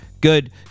Good